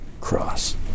cross